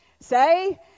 say